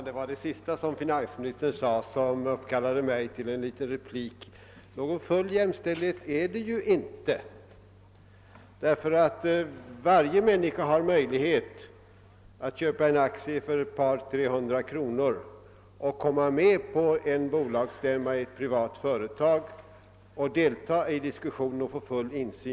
Herr talman! Det var finansministerns sista yttrande som uppkallade mig till en replik. Någon full jämställdhet är det ju inte på detta område, ty varje människa har möjlighet att köpa en aktie för några hundra kronor och komma med på en bolagsstämma i ett privat företag samt där delta i diskussionen och få full insyn.